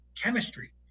chemistry